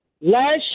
Last